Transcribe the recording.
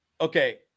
okay